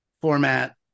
Format